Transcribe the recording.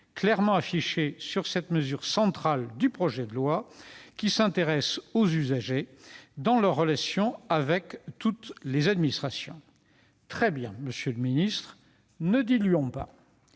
clairement affiché sur cette mesure centrale du projet de loi, qui s'adresse aux usagers dans leurs relations avec toutes les administrations. Soit, monsieur le secrétaire d'État, ne diluons pas